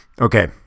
Okay